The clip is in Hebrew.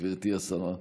גברתי השרה.